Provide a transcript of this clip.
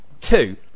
Two